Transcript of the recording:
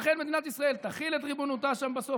לכן מדינת ישראל תחיל את ריבונותה שם בסוף